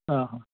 ಹಾಂ ಹಾಂ